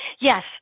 Yes